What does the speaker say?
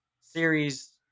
series